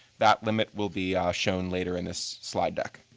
that limit will be shown later in this slide deck.